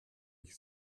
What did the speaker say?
ich